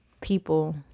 people